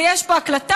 ויש פה הקלטה,